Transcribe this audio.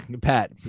pat